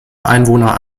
einwohner